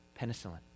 penicillin